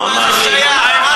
תגיד, מה זה שייך?